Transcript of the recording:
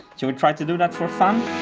should we try to do that for fun?